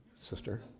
Sister